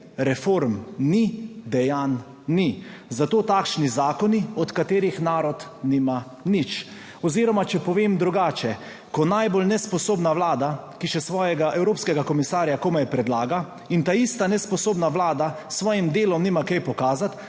reform ni, dejanj ni, zato takšni zakoni od katerih narod nima nič oziroma, če povem drugače, kot najbolj nesposobna Vlada, ki še svojega evropskega komisarja komaj predlaga in ta ista nesposobna Vlada s svojim delom nima kaj pokazati,